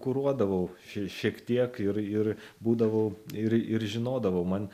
kuruodavau šiek tiek ir ir būdavau ir ir žinodavau man